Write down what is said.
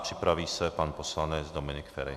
Připraví se pan poslanec Dominik Feri.